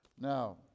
Now